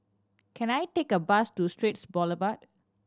can I take a bus to Straits Boulevard